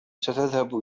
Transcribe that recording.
ستذهب